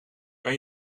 kan